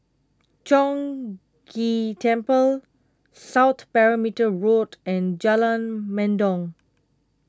Chong Ghee Temple South Perimeter Road and Jalan Mendong